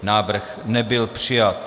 Návrh nebyl přijat.